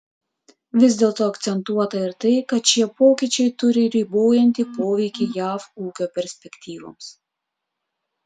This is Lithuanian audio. vis dėlto akcentuota ir tai kad šie pokyčiai turi ribojantį poveikį jav ūkio perspektyvoms